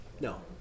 No